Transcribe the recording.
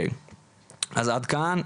אז עד כאן.